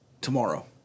tomorrow